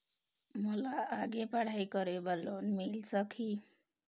मोला आगे पढ़ई करे बर लोन मिल सकही?